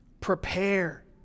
prepare